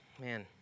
Man